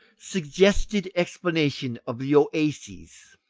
suggested explanation of the oases.